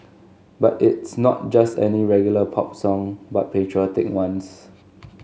but it's not just any regular pop song but patriotic ones